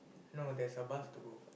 no there's a bus to go